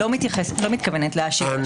לא מתכוונת להשיב.